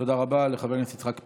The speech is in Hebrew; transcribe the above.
תודה רבה לחבר הכנסת יצחק פינדרוס.